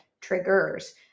triggers